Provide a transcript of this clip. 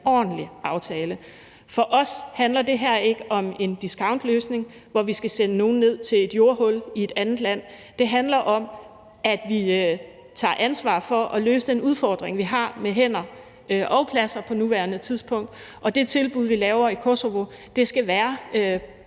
ordentlig aftale. For os handler det her ikke om en discountløsning, hvor vi skal sende nogen ned til et jordhul i et andet land. Det handler om, at vi tager ansvar for at løse den udfordring, vi har med hænder og pladser på nuværende tidspunkt, og det tilbud, vi laver i Kosovo, skal være